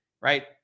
right